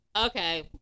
Okay